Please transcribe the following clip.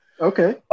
Okay